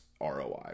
ROI